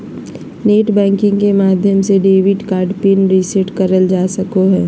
net banking के माध्यम से डेबिट कार्ड पिन रीसेट करल जा सको हय